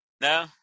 No